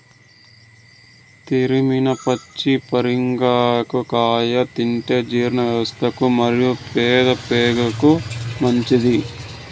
తురిమిన పచ్చి పరింగర కాయ తింటే జీర్ణవ్యవస్థకు మరియు పెద్దప్రేగుకు మంచిది